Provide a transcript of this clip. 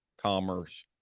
commerce